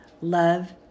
love